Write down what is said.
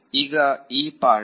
ಈಗ ಈ ಪಾರ್ಟ್